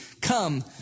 come